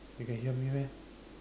you can hear me meh